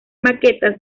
maquetas